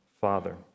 father